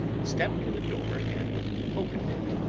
stepped to the door and opened it.